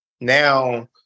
now